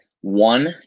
one